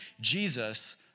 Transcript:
Jesus